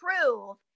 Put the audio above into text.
prove